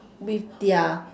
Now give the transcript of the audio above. with their